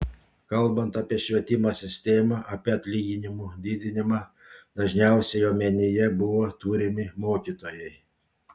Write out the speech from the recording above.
kalbant apie švietimo sistemą apie atlyginimų didinimą dažniausiai omenyje buvo turimi mokytojai